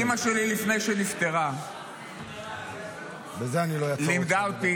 אימא שלי, לפני שנפטרה -- בזה לא אעצור אותך.